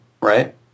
right